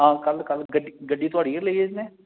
हां कल कल गड्डी थुआढ़ी गै लेई जन्ने